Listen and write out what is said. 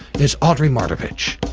is audrey mardavich.